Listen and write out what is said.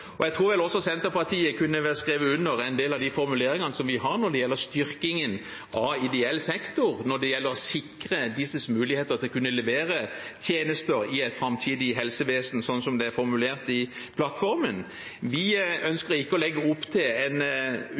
sektor. Jeg tror vel også Senterpartiet kunne skrevet under på en del av de formuleringene som vi har når det gjelder styrkingen av ideell sektor, når det gjelder å sikre disses muligheter til å kunne levere tjenester i et framtidig helsevesen, sånn det er formulert i plattformen. Vi ønsker ikke å legge opp til en